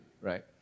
right